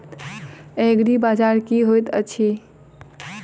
एग्रीबाजार की होइत अछि?